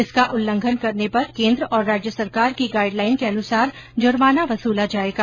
इसका उल्लंघन करने पर केन्द्र और राज्य सरकार की गाईडलाइन के अनुसार जुर्माना वसूला जायेगा